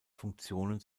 funktionen